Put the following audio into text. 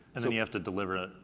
and and you have to deliver it